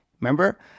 Remember